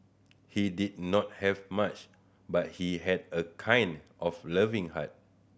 he did not have much but he had a kind of loving heart